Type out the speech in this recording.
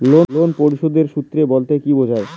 Loan পরিশোধের সূএ বলতে কি বোঝায়?